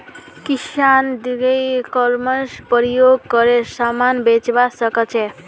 किसान e commerce प्रयोग करे समान बेचवा सकछे